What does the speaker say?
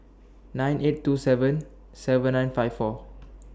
nine eight two seven seven nine five four